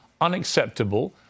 unacceptable